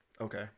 Okay